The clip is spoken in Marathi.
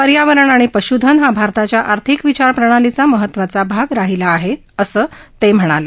पर्यावरण आणि पश्धन हा भारताच्या आर्थिक विचार प्रणालीचा महत्वाचा भाग राहिला आहे असं ते म्हणाले